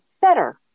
better